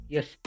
Yes